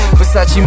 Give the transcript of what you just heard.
Versace